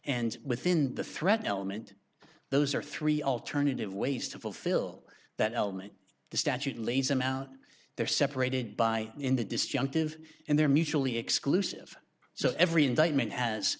and within the threat element those are three alternative ways to fulfill that element the statute leaves them out they're separated by in the disjunctive and they're mutually exclusive so every indictment has